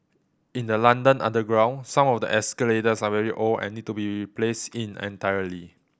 in the London underground some of the escalators are very old and need to be placed in entirety